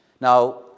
Now